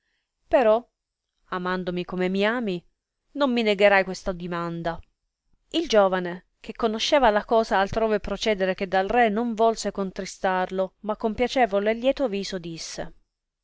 però amandomi come mi ami non mi negherai questa dimanda il giovane che conosceva la cosa altrove procedere che dal re non volse contristarlo ma con piacevole e lieto viso disse